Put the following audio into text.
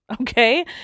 okay